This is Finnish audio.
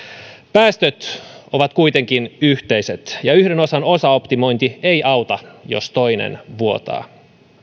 päästöt ovat kuitenkin yhteiset ja yhden osan osaoptimointi ei auta jos toinen vuotaa